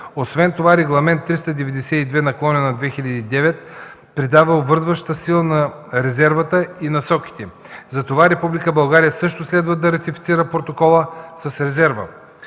Освен това Регламент 392/2009 придава обвързваща сила на резервата и насоките. Затова Република България също следва да ратифицира протокола с резерва.